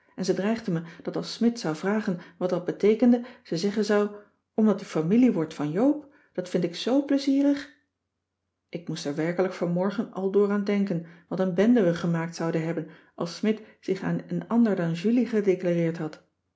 en ze dreigde me dat als smidt zou vragen wat dat beteekende ze zeggen zou omdat u familie wordt van joop dat vind ik zoo plezierig ik moest er werkelijk vanmorgen aldoor aan denken wat n bende we gemaakt zouden hebben als smidt zich aan een ander dan julie gedeclareerd had